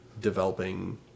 developing